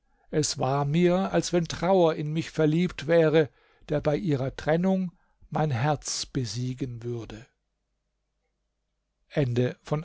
es war mir als wenn trauer in mich verliebt wäre der bei ihrer trennung mein herz besiegen würde